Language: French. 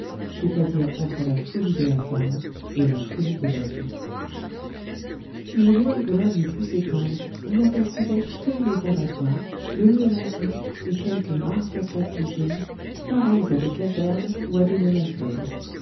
c'est-à-dire entre la folie de la femme et la folie de l'homme si loin que la vue pût s'étendre on n'apercevait que les abattoirs le mur d'enceinte et quelques rares façades d'usines pareilles à des casernes ou à des monastères